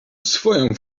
swoją